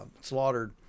slaughtered